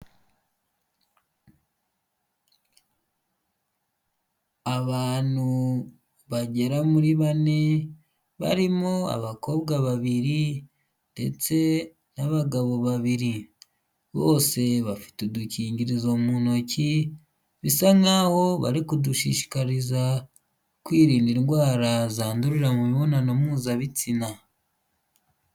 Abantu bagera muri bane barimo abakobwa babiri ndetse n'abagabo babiri, bose bafite udukingirizo mu ntoki bisa nkaho bari kudushishikariza kwirinda indwara zandurira mu mibonano mpuzabitsina.